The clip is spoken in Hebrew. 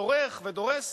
דורך ודורס,